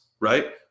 Right